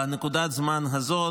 בנקודת זמן הזאת.